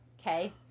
okay